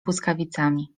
błyskawicami